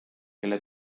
kelle